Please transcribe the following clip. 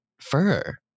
fur